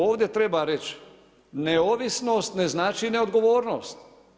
Ovdje treba reći, neovisnost ne znači neodgovornost.